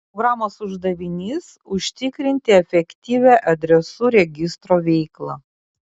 programos uždavinys užtikrinti efektyvią adresų registro veiklą